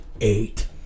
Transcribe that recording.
eight